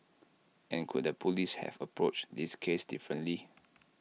and could the Police have approached this case differently